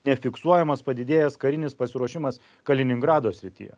nefiksuojamas padidėjęs karinis pasiruošimas kaliningrado srityje